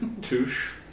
Touche